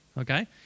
Okay